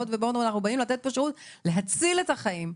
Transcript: אנחנו באים לתת פה שירות להציל את החיים.